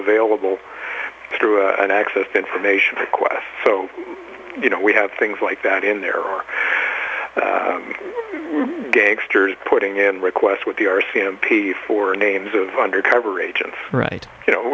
available through an access to information quest so you know we have things like that and there are gangsters putting in requests with the r c m p for names of undercover agents right you know